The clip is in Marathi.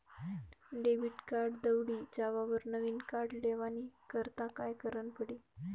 डेबिट कार्ड दवडी जावावर नविन कार्ड लेवानी करता काय करनं पडी?